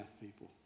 people